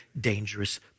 dangerous